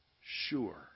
sure